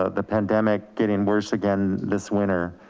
ah the pandemic getting worse again, this winter.